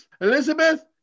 elizabeth